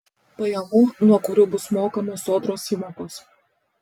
pajamų nuo kurių bus mokamos sodros įmokos